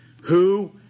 who